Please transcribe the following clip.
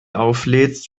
auflädst